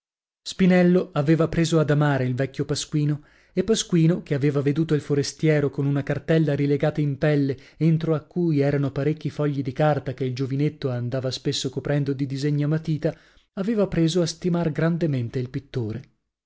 spinello aveva preso ad amare il vecchio pasquino e pasquino che aveva veduto il forestiero con una cartella rilegata in pelle entro a cui erano parecchi fogli di carta che il giovinetto andava spesso coprendo di disegni a matita aveva preso a stimar grandemente il pittore